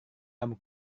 kamu